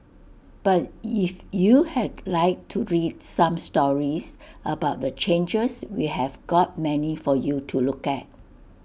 but if you had like to read some stories about the changes we have got many for you to look at